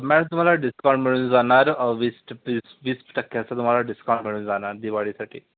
ma'am तुम्हाला discount मिळून जाणार वीस चतीस वीस टक्क्याचं तुम्हाला डिस्काऊंट मिळून जाणार दिवाळीसाठी